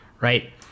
right